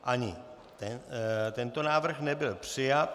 Ani tento návrh nebyl přijat.